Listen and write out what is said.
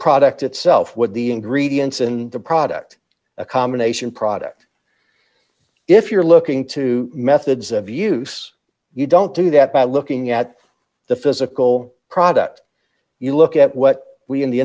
product itself with the ingredients in the product a combination product if you're looking to methods of use you don't do that by looking at the physical product you look at what we in the